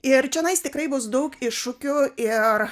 ir čionais tikrai bus daug iššūkių ir